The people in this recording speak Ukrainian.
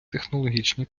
технологічні